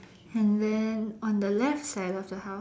and then on the left side of the house